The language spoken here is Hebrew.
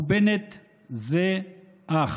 ובנט זה אח